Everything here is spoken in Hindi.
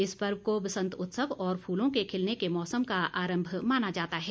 इस पर्व को बसंतोत्सव और फूलों के खिलने के मौसम का आरंभ माना जाता है